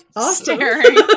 staring